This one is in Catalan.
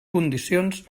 condicions